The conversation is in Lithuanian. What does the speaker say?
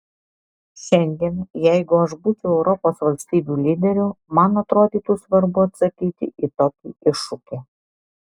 šiandien jeigu aš būčiau europos valstybių lyderiu man atrodytų svarbu atsakyti į tokį iššūkį